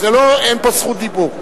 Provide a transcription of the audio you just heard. כי אין פה רשות דיבור.